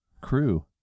crew